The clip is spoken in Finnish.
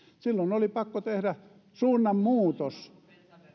silloin oli pakko tehdä suunnanmuutos